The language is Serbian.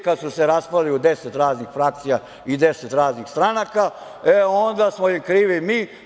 Kad su se raspali u 10 raznih frakcija i 10 raznih stranaka, e onda smo im krivi mi.